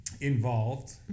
involved